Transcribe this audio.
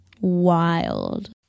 Wild